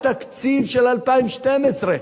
בתקציב של 2012,